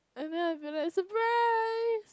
and then I'll be like surprise